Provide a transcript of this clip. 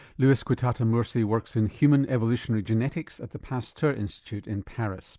lluis quintana-murci works in human evolutionary genetics at the pasteur institute in paris